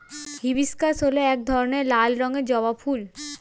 hibiscus হল এক ধরনের লাল রঙের জবা ফুল